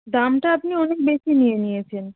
দামটা আপনি অনেক বেশি নিয়ে নিয়েছেন